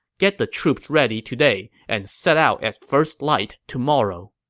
get the troops ready today and set out at first light tomorrow.